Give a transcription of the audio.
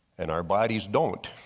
and our bodies don't